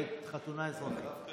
אני